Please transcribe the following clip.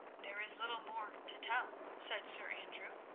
there is little more to tell, said sir andrew.